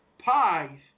pies